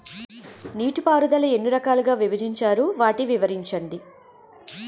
నీటిపారుదల ఎన్ని రకాలుగా విభజించారు? వాటి వివరించండి?